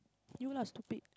you lah stupid